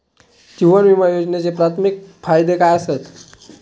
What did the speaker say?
जीवन विमा योजनेचे प्राथमिक फायदे काय आसत?